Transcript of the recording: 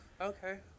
okay